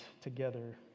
together